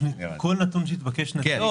אנחנו כל נתון שיתבקש, נציג.